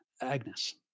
Agnes